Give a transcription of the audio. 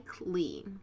Lee